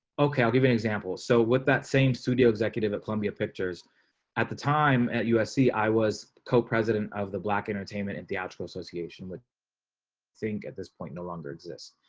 okay, i'll give you an example. so with that same studio executive at columbia pictures at the time at usc. i was co president of the black entertainment and theatrical association with think at this point, no longer exists.